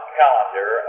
calendar